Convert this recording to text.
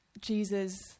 Jesus